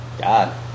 God